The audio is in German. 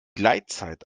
gleitzeit